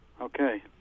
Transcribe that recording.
Okay